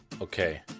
Okay